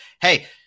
hey